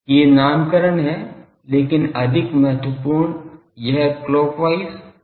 ये नामकरण हैं लेकिन अधिक महत्वपूर्ण यह क्लॉकवाइज काउंटर क्लॉकवाइज है